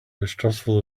distrustful